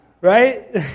right